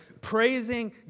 praising